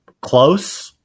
close